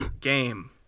game